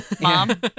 Mom